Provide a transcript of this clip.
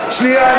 שנייה,